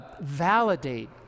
validate